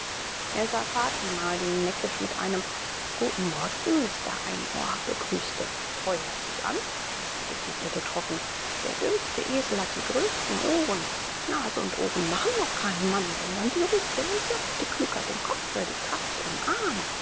er sah fatima die ihn neckisch mit einem guten morgen mister einohr begrüßte treuherzig an und entgegnete trocken der dümmste esel hat die größten ohren nase und ohren machen noch keinen mann sondern die rupien im sack die klugheit im kopfe die kraft im arm